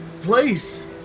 place